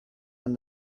and